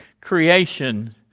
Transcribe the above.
creation